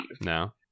No